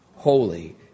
holy